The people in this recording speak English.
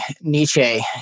Nietzsche